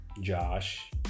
Josh